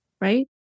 right